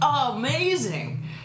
amazing